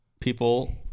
people